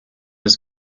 his